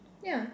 ya